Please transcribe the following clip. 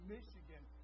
Michigan